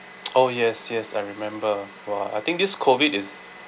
oh yes yes I remember !wah! I think this COVID is